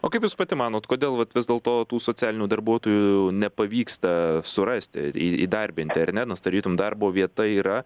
o kaip jūs pati manot kodėl vat vis dėlto tų socialinių darbuotojų nepavyksta surasti ir į įdarbinti ar ne nes tarytum darbo vieta yra